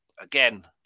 again